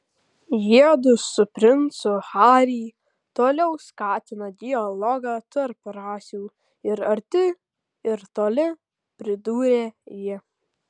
jiedu su princu harry toliau skatina dialogą tarp rasių ir arti ir toli pridūrė ji